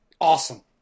Awesome